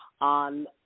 on